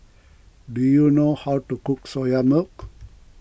do you know how to cook Soya Milk